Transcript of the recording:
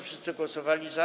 Wszyscy głosowali za.